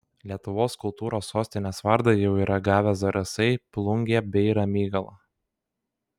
lietuvos kultūros sostinės vardą jau yra gavę zarasai plungė bei ramygala